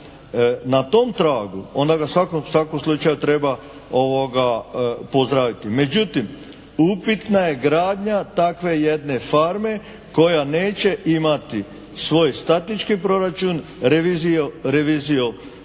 na tom tragu onda ga u svakom slučaju treba pozdraviti. Međutim upitna je gradnja takve jedne farme koja neće imati svoj statički proračun, reviziju opće